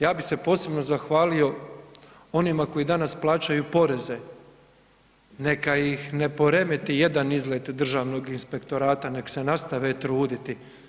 Ja bi se posebno zahvalio onima koji danas plaćaju poreze, neka ih ne poremeti jedan izlet Državnog inspektorata, nek se nastave truditi.